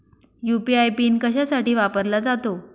UPI PIN कशासाठी वापरला जातो?